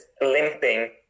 limping